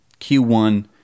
Q1